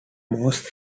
most